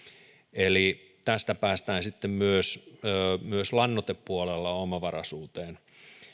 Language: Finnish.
eli tästä päästään sitten myös myös lannoitepuolella omavaraisuuteen